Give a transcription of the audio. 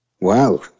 Wow